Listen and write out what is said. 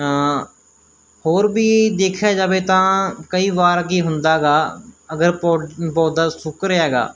ਹੋਰ ਵੀ ਦੇਖਿਆ ਜਾਵੇ ਤਾਂ ਕਈ ਵਾਰ ਕੀ ਹੁੰਦਾ ਗਾ ਅਗਰ ਪੌ ਪੌਦਾ ਸੁੱਕ ਰਿਹਾ ਹੈਗਾ